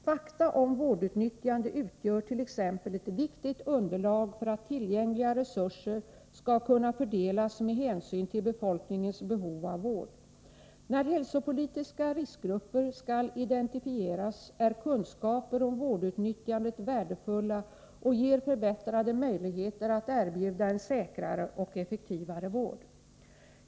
Fakta om vårdutnyttjande utgör t.ex. ett viktigt underlag för att tillgängliga resurser skall kunna fördelas med hänsyn till befolkningens behov av vård. När hälsopolitiska riskgrupper skall identifieras är kunskaper om vårdutnyttjandet värdefulla och ger förbättrade möjligheter att erbjuda en säkrare och effektivare vård.